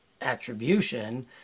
attribution